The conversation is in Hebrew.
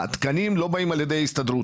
התקנים לא באים על-ידי ההסתדרות.